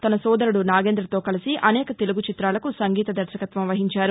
తన సోదరుడు నాగేంద్రతో కలిసి అనేక తెలుగు చిత్రాలకు సంగీత దర్శకత్వం వహించారు